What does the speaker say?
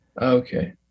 Okay